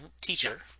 teacher